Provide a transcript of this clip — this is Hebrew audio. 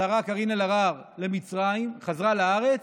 השרה קארין אלהרר למצרים, חזרה לארץ,